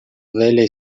velha